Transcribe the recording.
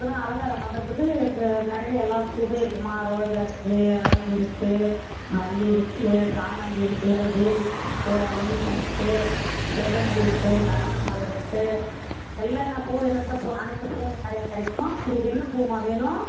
யம்மா அலங்காரம் பண்ணுறதுக்கு எங்கள் கடையில் எல்லா பூவுமே இருக்குதும்மா ரோஜா இருக்குது அரும்பு இருக்குது மல்லி இருக்கும் சாமந்தி இருக்குது டேரிப்பூ இருக்குது அல்லிப்பூ இருக்குது செவ்வந்தி இருக்குது கனகாமரம் இருக்குது எல்லா என்ன பூ என்னது அனைத்து பூவும் எங்கள் கடையில் கிடைக்கும் உங்களுக்கு என்ன பூம்மா வேணும்